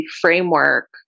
framework